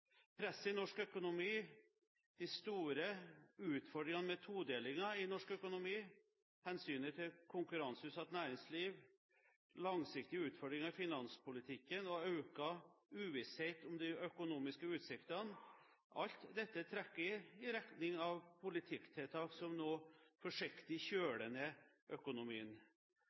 Presset i norsk økonomi, de store utfordringene med todelingen i norsk økonomi, hensynet til konkurranseutsatt næringsliv, langsiktige utfordringer i finanspolitikken og økt uvisshet om de økonomiske utsiktene – alt dette trekker i retning av politikktiltak som nå forsiktig kjøler ned økonomien.